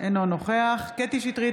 אינו נוכח קטי קטרין שטרית,